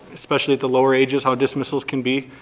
especially at the lower ages how dismissals can be.